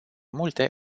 multe